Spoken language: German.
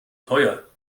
teuer